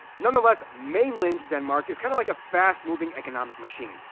nonetheless, mainland denmark is kinda' like a fast-moving economic machine.